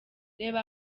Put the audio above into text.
reba